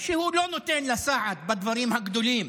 שהוא לא נותן להם סעד בדברים הגדולים,